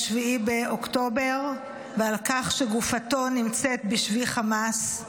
ב-7 באוקטובר, ועל כך שגופתו נמצאת בשבי חמאס.